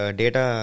data